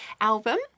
album